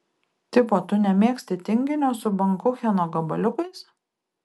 tipo tu nemėgsti tinginio su bankucheno gabaliukais